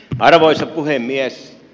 arvoisa puhemies